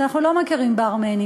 אז אנחנו לא מכירים בארמנים,